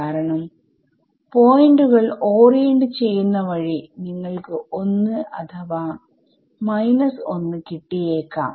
കാരണംപോയിന്റുകൾ orient ചെയ്യുന്ന വഴി നിങ്ങൾക്ക് 1 അഥവാ 1 കിട്ടിയേക്കാം